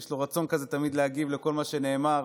יש לו רצון כזה תמיד להגיב לכל מה שנאמר,